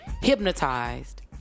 hypnotized